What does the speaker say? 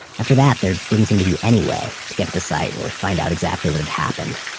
after that, there didn't seem to be any way to get to the site or find out exactly what had happened.